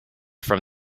from